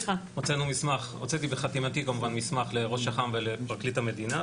הוצאתי בחתימתי מסמך לראש אח"מ ופרקליט המדינה,